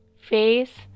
face